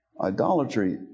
Idolatry